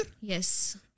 Yes